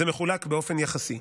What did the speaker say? זה מחולק באופן יחסי.